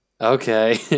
Okay